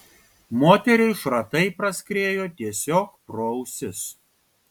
moteriai šratai praskriejo tiesiog pro ausis